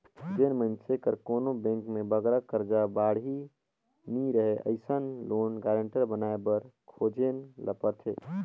जेन मइनसे कर कोनो बेंक में बगरा करजा बाड़ही नी रहें अइसन लोन गारंटर बनाए बर खोजेन ल परथे